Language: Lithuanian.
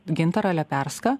gintarą leperską